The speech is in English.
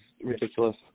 ridiculous